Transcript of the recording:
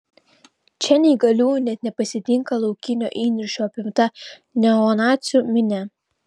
čia neįgaliųjų net nepasitinka laukinio įniršio apimta neonacių minia